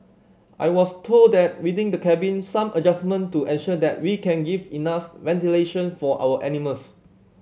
I was told that within the cabin some adjustment to ensure that we can give enough ventilation for our animals